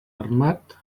armat